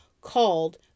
called